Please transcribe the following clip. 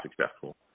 successful